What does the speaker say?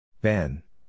Ben